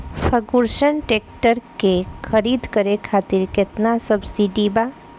Ferguson tractor के खरीद करे खातिर केतना सब्सिडी बा?